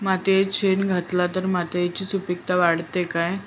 मातयेत शेण घातला तर मातयेची सुपीकता वाढते काय?